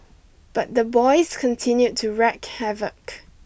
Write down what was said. but the boys continued to wreak havoc